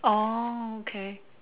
orh okay